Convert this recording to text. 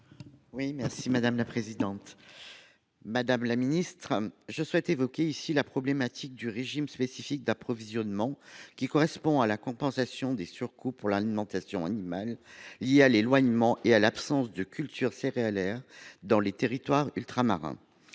souveraineté alimentaire. Madame la ministre, je souhaite évoquer ici la problématique du régime spécifique d’approvisionnement (RSA), qui correspond à la compensation des surcoûts pour l’alimentation animale liée à l’éloignement et à l’absence de cultures céréalières dans les territoires ultramarins.